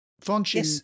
function